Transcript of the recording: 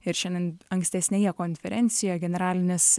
ir šiandien ankstesnėje konferencijoj generalinis